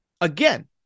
Again